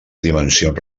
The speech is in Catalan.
dimensions